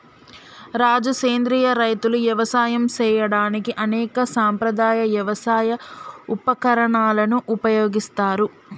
రాజు సెంద్రియ రైతులు యవసాయం సేయడానికి అనేక సాంప్రదాయ యవసాయ ఉపకరణాలను ఉపయోగిస్తారు